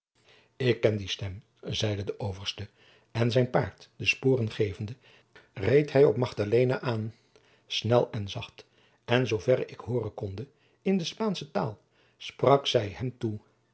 ik ken die stem zeide de overste en zijn paard de sporen gevende reed hij op magdalena aan snel en zacht en zooverre ik hooren konde in de spaansche taal sprak zij hem toe